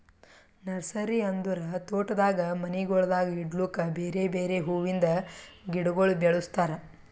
nursery ಅಂದುರ್ ತೋಟದಾಗ್ ಮನಿಗೊಳ್ದಾಗ್ ಇಡ್ಲುಕ್ ಬೇರೆ ಬೇರೆ ಹುವಿಂದ್ ಗಿಡಗೊಳ್ ಬೆಳುಸ್ತಾರ್